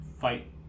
fight